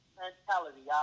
mentality